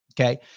okay